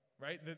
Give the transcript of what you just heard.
right